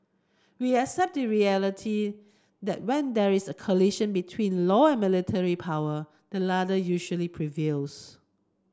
we accept the reality that when there is a collision between law and military power the latter usually prevails